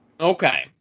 Okay